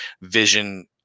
Vision